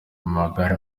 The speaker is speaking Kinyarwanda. amagare